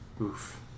Oof